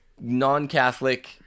non-Catholic